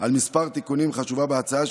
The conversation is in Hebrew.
על מספר תיקונים חשובים בהצעה,